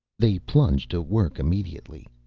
they plunged to work immediately.